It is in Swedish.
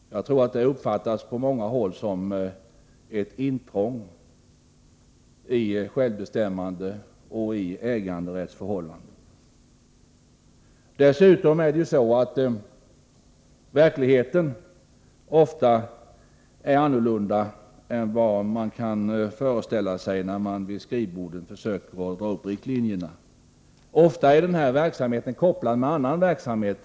Jag tror att detta på många håll uppfattats såsom ett intrång i självbestämmandet och i ägandet. Dessutom är verkligheten ofta en annan än man föreställer sig, när man vid skrivbordet försöker dra upp riktlinjer. Ofta är taxiverksamheten kopplad till en annan verksamhet.